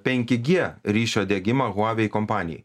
penki gie ryšio diegimą huawei kompanijai